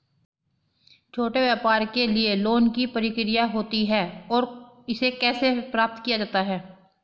छोटे व्यापार के लिए लोंन की क्या प्रक्रिया होती है और इसे कैसे प्राप्त किया जाता है?